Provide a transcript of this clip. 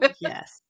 yes